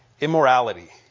immorality